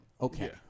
Okay